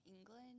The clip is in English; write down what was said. England